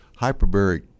hyperbaric